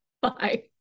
Bye